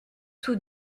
tous